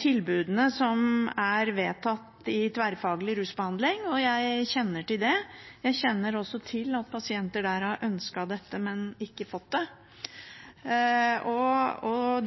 tilbudene som er vedtatt i tverrfaglig rusbehandling, og jeg kjenner til det. Jeg kjenner også til at pasienter der har ønsket dette, men ikke fått det.